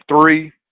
three